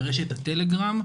ברשת הטלגרם,